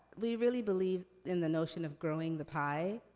we really believe in the notion of growing the pie.